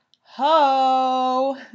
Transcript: ho